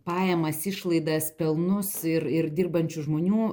pajamas išlaidas pelnus ir ir dirbančių žmonių